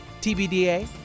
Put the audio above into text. TBDA